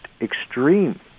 extreme